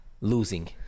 Losing